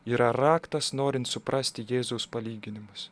yra raktas norint suprasti jėzaus palyginimus